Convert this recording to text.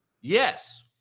Yes